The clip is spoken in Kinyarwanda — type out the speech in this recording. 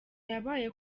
yabaye